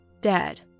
dead